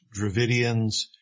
Dravidians